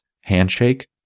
handshake